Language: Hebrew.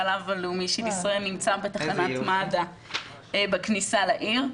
בנק החלב הלאומי של ישראל נמצא בתחנת מד"א בכניסה לעיר.